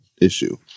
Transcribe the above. issue